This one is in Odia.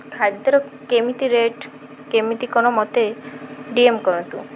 ଖାଦ୍ୟର କେମିତି ରେଟ୍ କେମିତି କ'ଣ ମୋତେ ଡି ଏମ୍ କରନ୍ତୁ